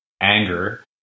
anger